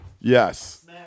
Yes